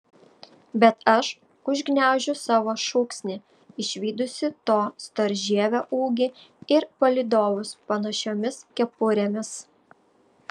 bet aš užgniaužiu savo šūksnį išvydusi to storžievio ūgį ir palydovus panašiomis kepurėmis